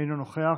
אינו נוכח,